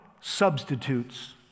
substitutes